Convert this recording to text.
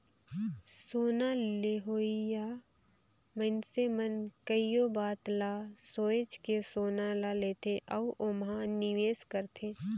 सोना लेहोइया मइनसे मन कइयो बात ल सोंएच के सोना ल लेथे अउ ओम्हां निवेस करथे